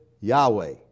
Yahweh